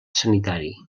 sanitari